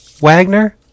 Wagner